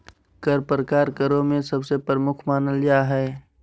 कर प्रकार करों में सबसे प्रमुख मानल जा हय